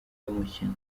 y’umukino